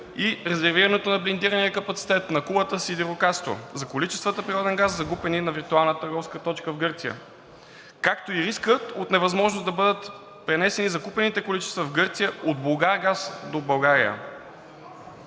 и резервирането на блиндирания капацитет на Кулата – Сидирокастро за количествата природен газ, закупени на виртуална търговска точка в Гърция, както и рискът от невъзможност да бъдат пренесени закупените количества в Гърция от „Булгаргаз“ до България.